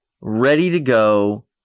ready-to-go